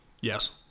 Yes